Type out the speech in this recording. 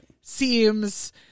seems